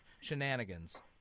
shenanigans